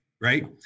right